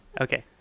Okay